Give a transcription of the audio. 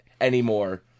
anymore